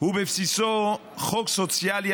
הוא בבסיסו חוק סוציאלי,